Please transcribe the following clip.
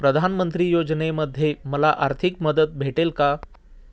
प्रधानमंत्री योजनेमध्ये मला आर्थिक मदत भेटेल का?